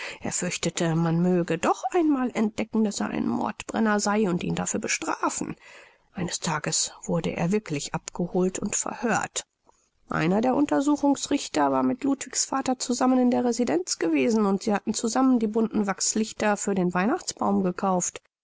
er man möge doch einmal entdecken daß er ein mordbrenner sei und ihn dafür bestrafen eines tages wurde er wirklich abgeholt und verhört einer der untersuchungsrichter war mit ludwigs vater zusammen in der residenz gewesen und sie hatten zusammen die bunten wachslichter für den weihnachtsbaum gekauft